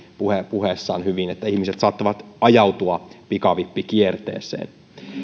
puheessaan hyvin ja joissa ihmiset saattavat ajautua pikavippikierteeseen